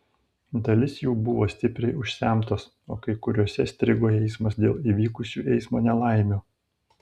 dalis jų buvo stipriai užsemtos o kai kuriose strigo eismas dėl įvykusių eismo nelaimių